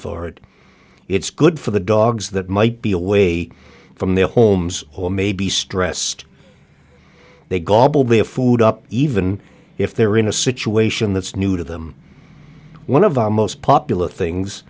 for it it's good for the dogs that might be away from their homes or maybe stressed they gobble their food up even if they're in a situation that's new to them one of the most popular things